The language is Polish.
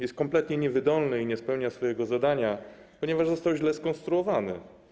Jest kompletnie niewydolny i nie spełnia swojego zadania, ponieważ został źle skonstruowany.